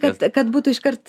kad kad būtų iškart